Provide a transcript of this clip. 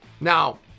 Now